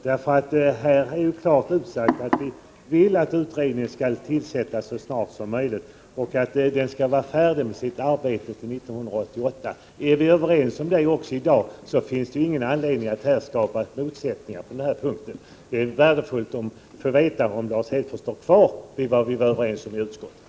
Det är klart utsagt att vi vill att utredningen skall tillsättas så snart som möjligt och att den skall vara färdig med sitt arbete till år 1988. Är vi överens om detta också i dag, finns det ingen anledning att nu skapa några motsättningar på denna punkt. Det vore värdefullt att få veta om Lars Hedfors står kvar vid det som vi var överens om i utskottet.